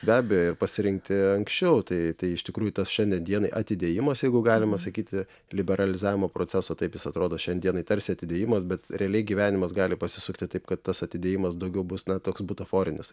be abejo ir pasirinkti anksčiau tai tai iš tikrųjų tas šiandien dienai atidėjimas jeigu galima sakyti liberalizavimo proceso taip jis atrodo šiandienai tarsi atidėjimas bet realiai gyvenimas gali pasisukti taip kad tas atidėjimas daugiau bus na toks butaforinis